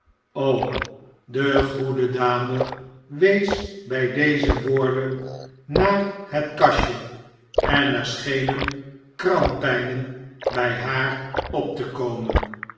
de goede dame wees bij deze woorden naar het kastje en er schenen kramppijnen bij haar op te komen